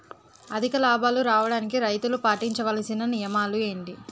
అధిక లాభాలు రావడానికి రైతులు పాటించవలిసిన నియమాలు ఏంటి